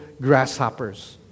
grasshoppers